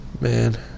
Man